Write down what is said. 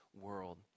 world